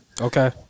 okay